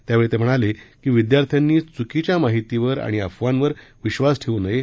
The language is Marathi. त्यावेळी ते म्हणाले की विद्यार्थ्यांनी चुकीच्या माहितीवर आणि अफवांवर विश्वास ठेवू नये